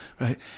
right